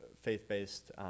faith-based